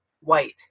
white